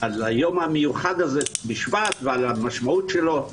על היום המיוחד הזה בשבט ועל המשמעות שלו.